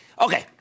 Okay